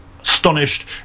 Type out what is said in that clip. astonished